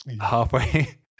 halfway